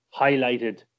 highlighted